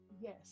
Yes